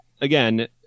again